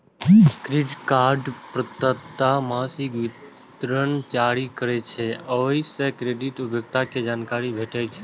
credit card प्रदाता मासिक विवरण जारी करै छै, ओइ सं क्रेडिट उपयोग के जानकारी भेटै छै